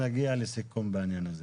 נגיע לסיכום בעניין הזה.